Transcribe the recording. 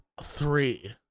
three